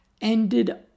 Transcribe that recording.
ended